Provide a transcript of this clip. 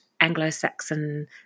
Anglo-Saxon